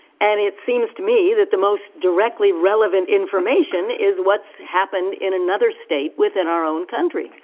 and it seems to me that the most directly relevant information is what's happened in another state within our own country.